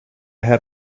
had